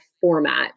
format